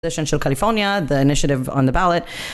של קליפורניה, the initiative on the ballot.